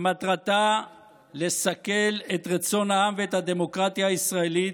שמטרתה לסכל את רצון העם ואת הדמוקרטיה הישראלית,